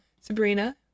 Sabrina